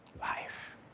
life